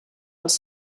els